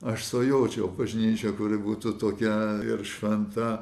aš svajočiau bažnyčią kuri būtų tokia ir šventa